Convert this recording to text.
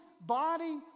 body